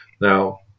Now